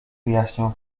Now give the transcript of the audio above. wyjaśniał